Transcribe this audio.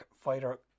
fighter